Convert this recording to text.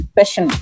Question